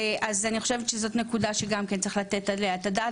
אני חושבת שזאת נקודה שגם כן צריך לתת עליה את הדעת